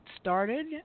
started